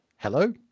Hello